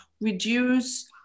reduce